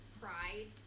pride